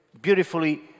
beautifully